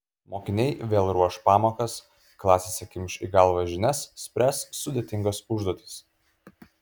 mokiniai vėl ruoš pamokas klasėse kimš į galvą žinias spręs sudėtingas užduotis